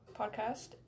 podcast